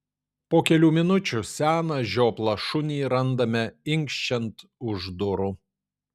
po kelių minučių seną žioplą šunį randame inkščiant už durų